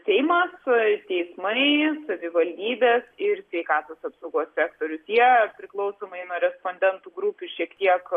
seimas teismai savivaldybės ir sveikatos apsaugos sektorius jie priklausomai nuo respondentų grupių šiek tiek